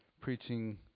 preaching